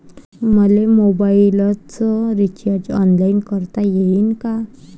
मले मोबाईलच recharge online करता येईन का?